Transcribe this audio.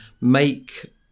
make